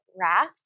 raft